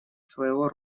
своего